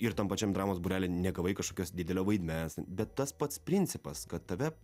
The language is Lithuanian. ir tam pačiam dramos būrely negavai kažkokios didelio vaidmens bet tas pats principas kad tave